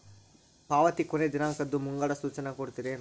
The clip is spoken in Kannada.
ಪಾವತಿ ಕೊನೆ ದಿನಾಂಕದ್ದು ಮುಂಗಡ ಸೂಚನಾ ಕೊಡ್ತೇರೇನು?